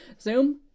zoom